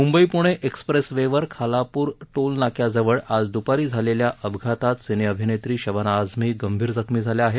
मुंबई पुणे एक्स्प्रेसवेवर खालापूर टोल नाक्याजवळ आज दुपारी झालेल्या अपघातात सिने अभिनेत्री शबाना आझमी गंभीर जखमी झाल्या आहेत